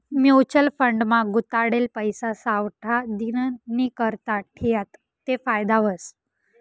mutual fund मा गुताडेल पैसा सावठा दिननीकरता ठियात ते फायदा व्हस